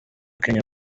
kenya